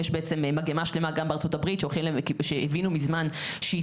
יש בעצם מגמה שלמה גם בארצות הברית שהבינה מזמן שאת